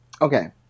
Okay